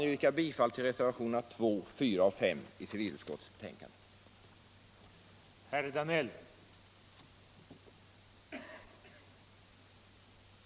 Jag yrkar bifall till reservationerna 2, 4 och 5 vid civilutskottets betänkande nr 23.